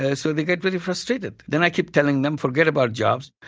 ah so they get really frustrated. then i keep telling them, forget about jobs.